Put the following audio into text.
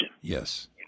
Yes